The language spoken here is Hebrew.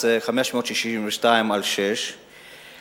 562/86, מ-1986,